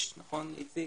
יש, נכון, איציק?